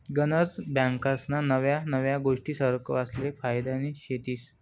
गनज बँकास्ना नव्या नव्या गोष्टी सरवासले फायद्यान्या शेतीस